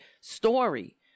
story